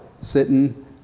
sitting